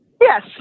Yes